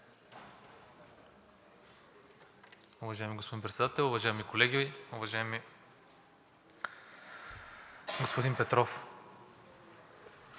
Уважаеми господин Председател, уважаеми колеги, уважаеми господин Петров!